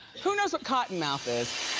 who knows what cottonmouth is?